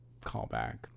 callback